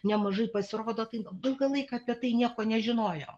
nemažai pasirodo tai ilgą laiką apie tai nieko nežinojo